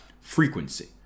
frequency